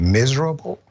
miserable